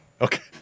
Okay